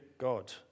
God